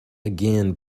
again